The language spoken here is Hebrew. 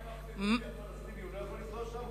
ומה עם אחמד טיבי הפלסטיני, הוא לא יכול לנסוע שם?